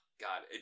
God